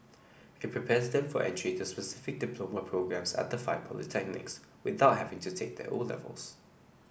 it prepares them for entry to specific diploma programmes at five polytechnics without having to take their O levels